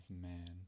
man